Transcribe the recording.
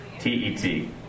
T-E-T